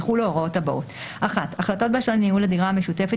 יחולו ההוראות הבאות: (1) החלטות באשר לניהול הדירה המשותפת